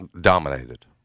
Dominated